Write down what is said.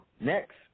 Next